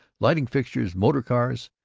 lighting-fixtures, motor cars.